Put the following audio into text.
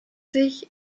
sich